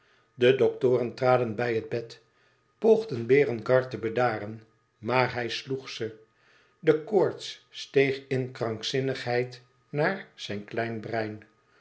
de doktoren traden bij het bed poogden berengar te bedaren maar hij sloeg ze de koorts steeg in krankzinnigheid naar zijn klein brein